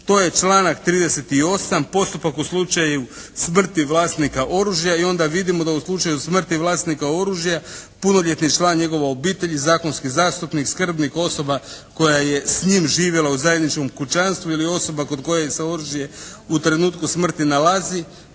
to je članak 38. postupak u slučaju smrti vlasnika oružja i onda vidimo da u slučaju smrti vlasnika oružja punoljetni član njegove obitelji, zakonski zastupnik, skrbnik, osoba koja je s njim živjela u zajedničkom kućanstvu ili osoba kod kojeg se oružje u trenutku smrti nalazi